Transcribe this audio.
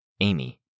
Amy